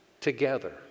together